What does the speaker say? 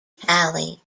tally